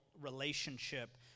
relationship